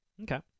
okay